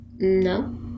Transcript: No